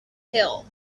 hill